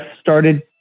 started